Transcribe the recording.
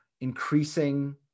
increasing